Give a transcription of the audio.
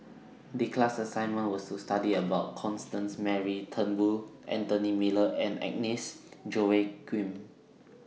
The class assignment was to study about Constance Mary Turnbull Anthony Miller and Agnes Joaquim